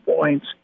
points